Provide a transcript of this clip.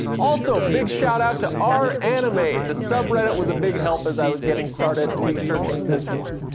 also, big shout out to r anime, the subreddit was a big help as i was getting started researching this one.